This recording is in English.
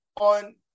on